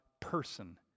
person